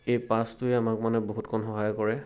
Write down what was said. এই পাছটোৱে আমাক মানে বহুতকণ সহায় কৰে